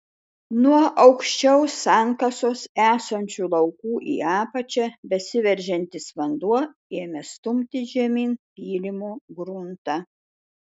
nuo aukščiau sankasos esančių laukų į apačią besiveržiantis vanduo ėmė stumti žemyn pylimo gruntą